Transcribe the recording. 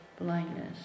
blindness